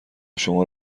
شما